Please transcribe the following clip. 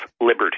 liberty